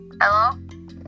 Hello